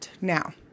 Now